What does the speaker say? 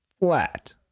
flat